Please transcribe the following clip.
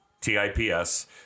T-I-P-S